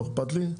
לא אכפת לי,